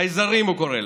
"חייזרים" הוא קורא להם.